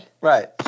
Right